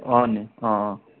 नि